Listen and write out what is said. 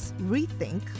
rethink